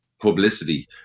publicity